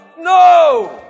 no